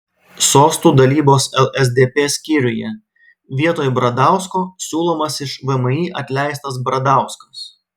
sostų dalybos lsdp skyriuje vietoj bradausko siūlomas iš vmi atleistas bradauskas